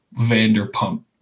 Vanderpump